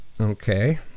Okay